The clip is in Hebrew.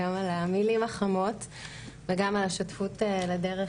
גם על המילים החמות וגם על השותפות לדרך,